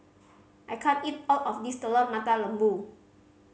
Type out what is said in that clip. I can't eat all of this Telur Mata Lembu